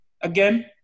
again